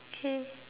okay